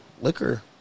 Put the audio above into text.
liquor